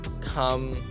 come